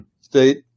state